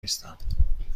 نیستم